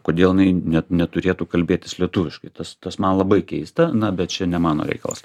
kodėl jinai ne neturėtų kalbėtis lietuviškai tas tas man labai keista na bet čia ne mano reikalas